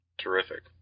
Terrific